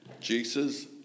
Jesus